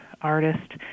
artist